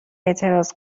اعتراض